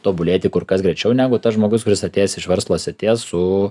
tobulėti kur kas greičiau negu tas žmogus kuris atėjęs iš verslo srities su